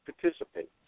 participate